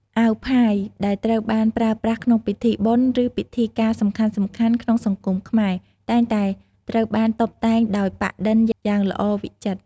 អាវផាយ ដែលត្រូវបានប្រើប្រាស់ក្នុងពិធីបុណ្យ ឬពិធីការសំខាន់ៗ ក្នុងសង្គមខ្មែរ តែងតែត្រូវបានតុបតែងដោយ ប៉ាក់-ឌិនយ៉ាងល្អវិចិត្រ។